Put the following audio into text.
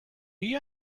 you